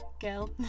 girl